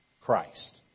Christ